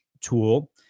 tool